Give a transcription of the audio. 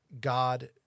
God